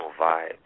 Vibes